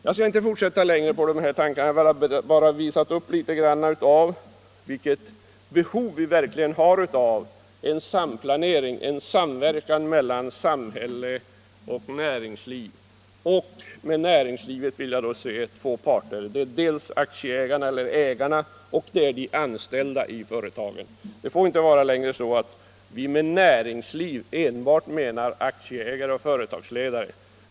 Jag skall inte fortsätta längre med dessa tankegångar — jag har bara velat visa vilket behov vi har av samplanering och samverkan mellan samhälle och näringsliv. Och när jag talar om näringslivet menar jag två parter — dels aktieägarna eller ägarna, dels de anställda i företagen. Vi får inte med näringsliv bara mena aktieägare och företagsledare.